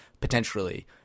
potentially